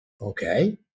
Okay